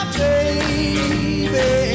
baby